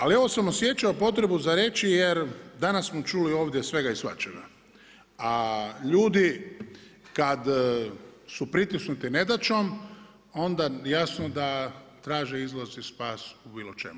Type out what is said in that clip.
Ali ovo sam osjećao potrebu za reći jer danas smo čuli ovdje svega i svačega, a ljudi kada su pritisnuti nedaćom onda jasno da traže izlaz i spas u bilo čemu.